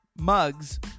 mugs